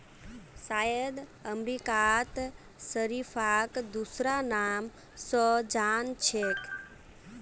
शायद अमेरिकात शरीफाक दूसरा नाम स जान छेक